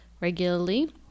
regularly